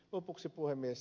lopuksi puhemies